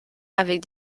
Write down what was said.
avec